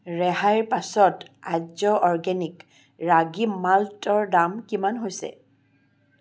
ৰেহাইৰ পাছত আৰ্য অ'ৰ্গেনিক ৰাগী মাল্টৰ দাম কিমান হৈছে